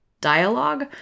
dialogue